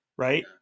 Right